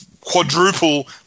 quadruple